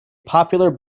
popular